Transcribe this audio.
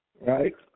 right